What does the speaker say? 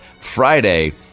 Friday